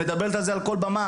מדברת על זה על כל במה,